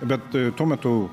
bet tuo metu